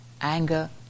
anger